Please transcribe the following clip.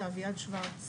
אביעד שוורץ